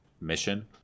mission